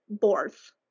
birth